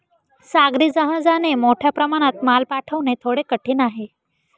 सागरी जहाजाने मोठ्या प्रमाणात माल पाठवणे थोडे कठीण आहे